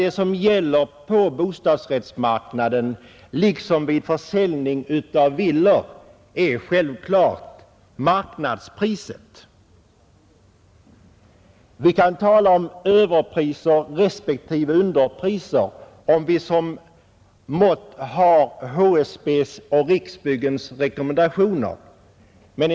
Det som gäller på bostadsrättsmarknaden liksom vid försäljning av villor är självfallet marknadspriset. Vi kan tala om överpriser respektive underpriser om vi som mått har HSB:s och Riksbyggens rekommendationer.